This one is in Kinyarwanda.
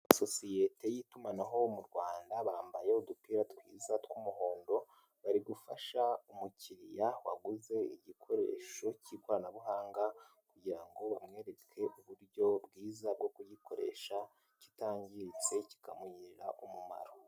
Sosiyete y'itumanaho mu Rwanda, bambaye udupira twiza tw'umuhondo, bari gufasha umukiriya waguze igikoresho cy'ikoranabuhanga kugira ngo bamwereke uburyo bwiza bwo kuyikoresha, kitangiritse kikamugirira umumaro.